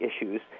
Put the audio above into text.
issues